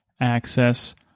access